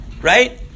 right